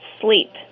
sleep